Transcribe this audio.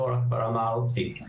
לא רק ברמה הארצית,